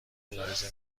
ملاحظه